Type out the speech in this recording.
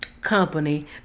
company